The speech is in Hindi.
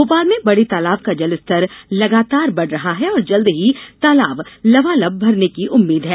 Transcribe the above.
भोपाल में बड़े तालाब का जलस्तर लगातार बढ़ रहा है और जल्द ही तालाब लबालब भरने की उम्मीद है